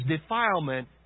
defilement